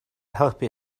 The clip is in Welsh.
helpu